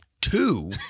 two